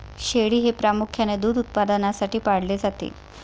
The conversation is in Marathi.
शेळी हे प्रामुख्याने दूध उत्पादनासाठी पाळले जाते